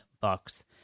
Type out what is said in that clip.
bucks